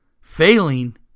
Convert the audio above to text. Failing